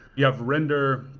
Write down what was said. you have render,